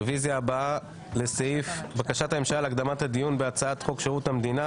הרוויזיה הבאה על בקשת הממשלה להקדמת הדיון בהצעת חוק שירות המדינה